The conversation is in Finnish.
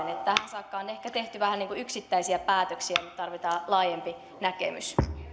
tähän saakka on ehkä tehty vähän niin kuin yksittäisiä päätöksiä mutta tarvitaan laajempi näkemys